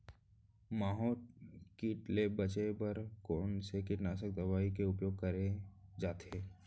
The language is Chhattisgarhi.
माहो किट ले बचे बर कोन से कीटनाशक दवई के उपयोग करे जाथे?